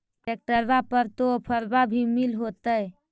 ट्रैक्टरबा पर तो ओफ्फरबा भी मिल होतै?